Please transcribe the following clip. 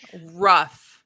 Rough